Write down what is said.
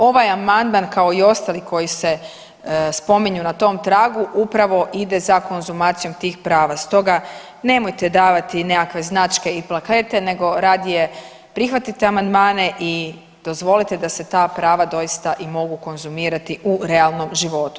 Ovaj amandman kao i ostali koji se spominju na tom tragu upravo ide za konzumacijom tih prava stoga nemojte davati nekakve značke i plakete nego radije prihvatite amandmane i dozvolite da se ta prava doista i mogu konzumirati u realnom životu.